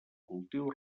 cultiu